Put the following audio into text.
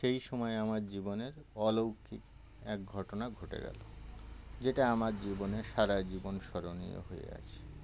সেই সময় আমার জীবনের অলৌকিক এক ঘটনা ঘটে গেল যেটা আমার জীবনে সারা জীবন স্মরণীয় হয়ে আছে